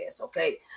okay